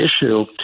issue